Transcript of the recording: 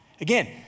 Again